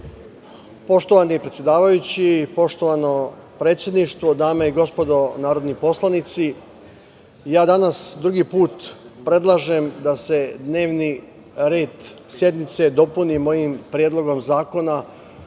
Poštovani predsedavajući, poštovani predsedništvo, dame i gospodo narodni poslanici, ja danas drugi put predlažem da se dnevni red sednice dopuni mojim predlogom zakona